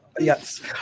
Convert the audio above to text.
yes